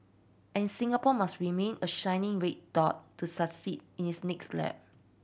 and Singapore must remain a shining red dot to succeed in its next lap